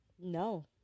No